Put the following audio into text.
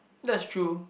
that's true